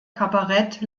kabarett